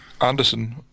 Anderson